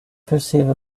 perceive